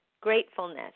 gratefulness